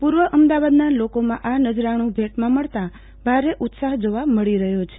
પૂર્વ અમદાવાદના લોકોમાં આ નજરાણું ભેટમાં મળતા ભારે ઉત્સાહ જોવા મળી રહ્યો છે